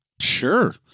Sure